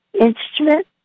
instrument